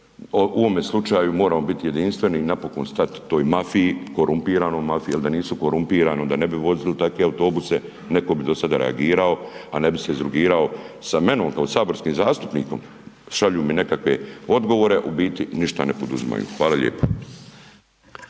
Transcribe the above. U ovome slučaju moramo biti jedinstveni i napokon stat toj mafiji, korumpiranoj mafiji ili da nisu korumpirani onda ne bi vozili takve autobuse, netko bi dosada reagirao a ne bi se izrugivao sa menom kao saborskim zastupnikom. Šalju mi nekakve odgovore, u biti ništa ne poduzimaju. Hvala lijepo.